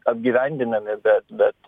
apgyvendinami bet bet